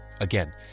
again